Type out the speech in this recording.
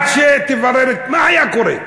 מה היה קורה?